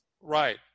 Right